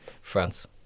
france